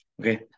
okay